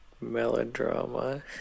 melodrama